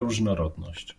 różnorodność